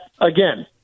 again